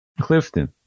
Clifton